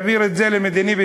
העביר את זה למדיני-ביטחוני,